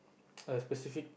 a specific